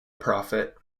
profit